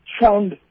found